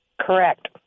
Correct